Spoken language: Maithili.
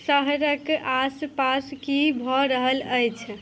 शहरके आसपास कि भऽ रहल अछि